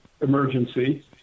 emergency